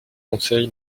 conseil